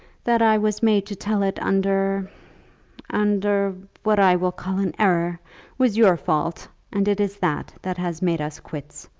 that i was made to tell it under under what i will call an error was your fault and it is that that has made us quits.